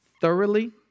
Thoroughly